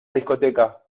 discoteca